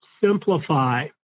simplify